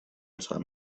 time